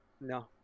No